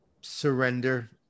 surrender